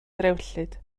ddrewllyd